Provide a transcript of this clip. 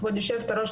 כבוד יושבת-הראש,